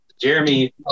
Jeremy